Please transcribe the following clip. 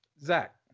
Zach